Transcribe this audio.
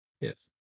yes